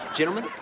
Gentlemen